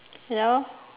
hello